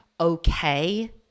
okay